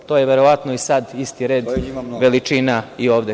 To je verovatno i sada isti red veličina i ovde.